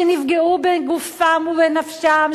שנפגעו בגופם ובנפשם,